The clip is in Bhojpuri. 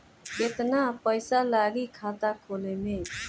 केतना पइसा लागी खाता खोले में?